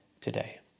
today